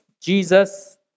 Jesus